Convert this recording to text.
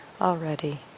already